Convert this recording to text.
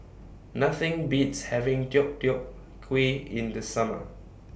Nothing Beats having Deodeok Gui in The Summer